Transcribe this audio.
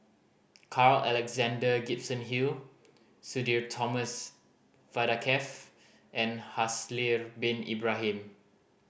Carl Alexander Gibson Hill Sudhir Thomas Vadaketh and Haslir Bin Ibrahim